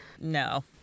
No